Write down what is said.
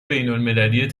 بینالمللی